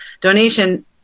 Donation